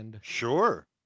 Sure